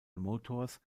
motors